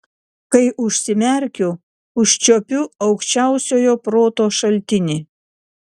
kai užsimerkiu užčiuopiu aukščiausiojo proto šaltinį